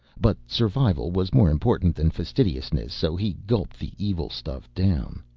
but survival was more important than fastidiousness, so he gulped the evil stuff down.